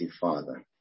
Father